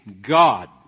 God